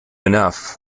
enough